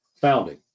founding